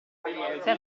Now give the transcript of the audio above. senza